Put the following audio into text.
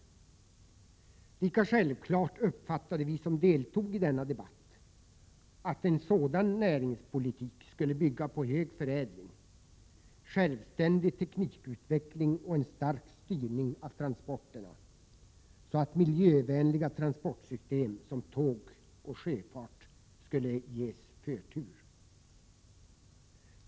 Lika självklart uppfattade vi som deltog i denna debatt att en sådan näringspolitik skulle bygga på hög förädling, självständig teknikutveckling och en stark styrning av transporterna så att miljövänliga transportsystem som tåg och sjöfart skulle ges förtur.